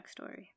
backstory